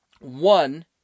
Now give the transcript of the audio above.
One